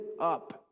up